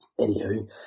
Anywho